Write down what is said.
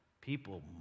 people